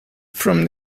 from